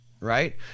right